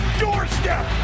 doorstep